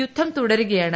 യുദ്ധം തുടരുകയാണ്